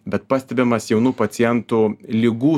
bet pastebimas jaunų pacientų ligų